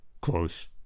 close